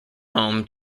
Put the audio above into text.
home